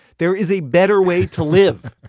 there is a better way to live.